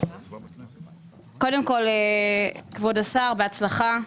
קודם כול, כבוד השר, בהצלחה.